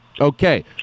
okay